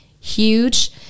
huge